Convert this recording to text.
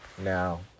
Now